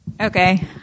okay